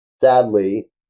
Sadly